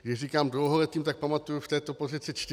Když říkám dlouholetým, tak pamatuji v této pozici 24 let.